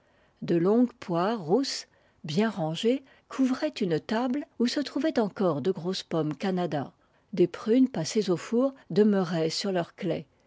de longues poires rousses bien rangées couvraient une table où se trouvaient encore de grosses pommes canada des prunes passées au four demeuraient sur leur claie